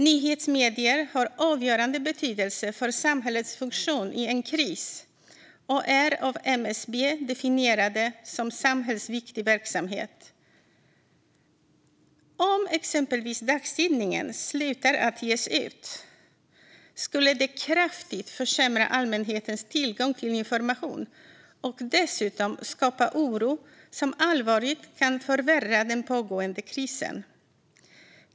Nyhetsmedier har avgörande betydelse för samhällets funktion i en kris och är av MSB definierade som samhällsviktig verksamhet. Om exempelvis dagstidningen slutar att ges ut skulle det kraftigt försämra allmänhetens tillgång till information och dessutom skapa oro som allvarligt kan förvärra den pågående krisen.